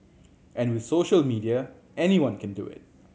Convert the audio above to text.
and with social media anyone can do it